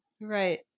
Right